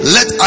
Let